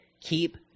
keep